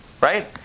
right